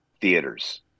theaters